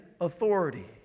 authority